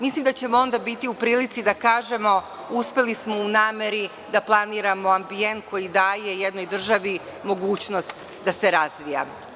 Mislim da ćemo onda biti u prilici da kažemo - uspeli smo u nameri da planiramo ambijent koji daje jednoj državi mogućnost da se razvija.